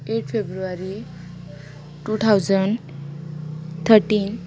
eight February two thousand thirteen